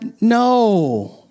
No